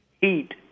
Heat